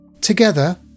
Together